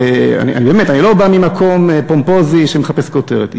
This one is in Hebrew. ובאמת, אני לא בא ממקום פומפוזי שמחפש כותרת.